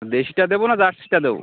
দেশীটা দেব না জার্সিটা দেব